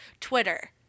Twitter